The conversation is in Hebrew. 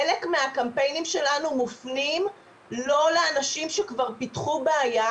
חלק מהקמפיינים שלנו מופנים לא לאנשים שכבר פיתחו בעיה,